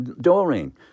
Doreen